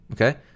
Okay